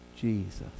Jesus